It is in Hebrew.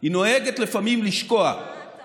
היא נוהגת לפעמים לשקוע, מה אתה אומר?